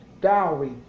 dowry